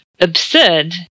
absurd